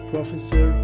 Professor